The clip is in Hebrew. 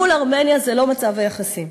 מול ארמניה זה לא מצב היחסים.